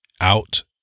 out